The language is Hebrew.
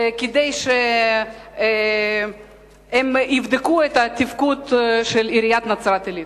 כדי שהם יבדקו את התפקוד של עיריית נצרת-עילית.